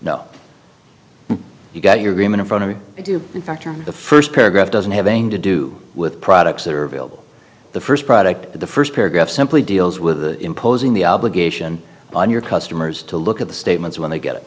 no you got your game in front of you do in fact or the first paragraph doesn't have anything to do with products that are available the first product the first paragraph simply deals with imposing the obligation on your customers to look at the statements when they get it